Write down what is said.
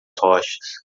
rochas